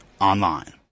online